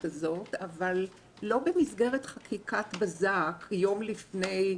הזאת אבל לא במסגרת חקיקת בזק יום לפני,